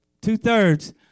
Two-thirds